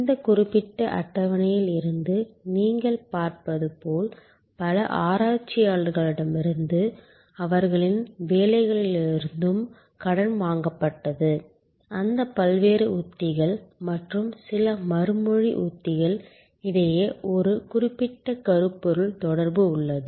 இந்த குறிப்பிட்ட அட்டவணையில் இருந்து நீங்கள் பார்ப்பது போல் பல ஆராய்ச்சியாளர்களிடமிருந்தும் அவர்களின் வேலைகளிலிருந்தும் கடன் வாங்கப்பட்டது அந்த பல்வேறு உத்திகள் மற்றும் சில மறுமொழி உத்திகள் இடையே ஒரு குறிப்பிட்ட கருப்பொருள் தொடர்பு உள்ளது